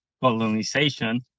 colonization